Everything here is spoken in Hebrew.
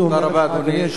תודה רבה, אדוני.